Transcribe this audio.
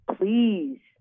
please